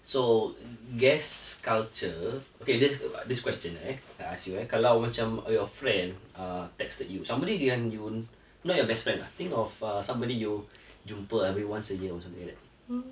so guess culture okay th~ this question okay that I ask you ah kalau macam all your friend a text that you somebody didn't not your best friend ah think of uh somebody you jumpa every once a year or something like that